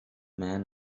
men